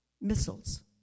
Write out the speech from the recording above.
Missiles